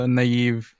naive